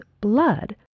blood